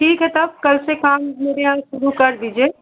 ठीक है तब कल से काम मेरे यहाँ शुरु कर दीजिए